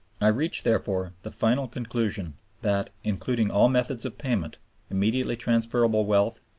i reach, therefore, the final conclusion that, including all methods of payment immediately transferable wealth,